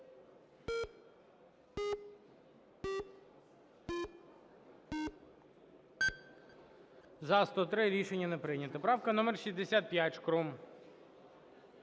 За-103 Рішення не прийнято. Правка номер 65, Шкрум.